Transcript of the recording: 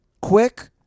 quick